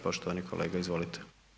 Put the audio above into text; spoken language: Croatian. Poštovani kolega, izvolite.